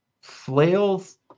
flails